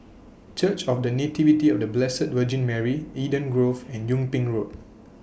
Church of The Nativity of The Blessed Virgin Mary Eden Grove and Yung Ping Road